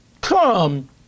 Come